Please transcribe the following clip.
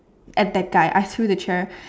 and that guy I threw that chair